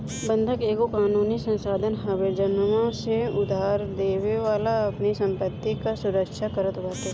बंधक एगो कानूनी साधन हवे जवना से उधारदेवे वाला अपनी संपत्ति कअ सुरक्षा करत बाटे